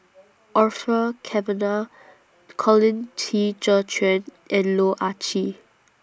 Orfeur Cavenagh Colin Qi Zhe Quan and Loh Ah Chee